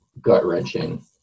gut-wrenching